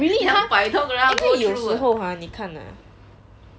really 他因为有时候 !huh! 你看 ah